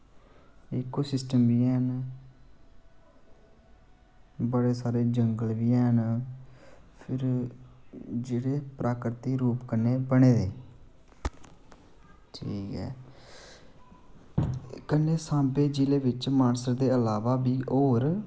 ecosystem निं ऐ बड़े सारे जंगल बी हैन होर जेह्ड़े प्राकृति रूप कन्नै बने दे ठीक ऐ कन्नै सांबा जि'ले बिच मानसर दे अलावा होर